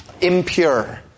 impure